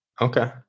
Okay